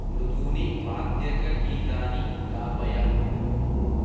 मृदूनि वाद्यकगीतानि गापय